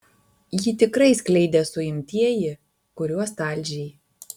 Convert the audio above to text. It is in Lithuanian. jį tikrai skleidė suimtieji kuriuos talžei